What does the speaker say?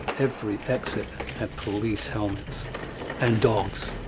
every exit had police helmets and dogs.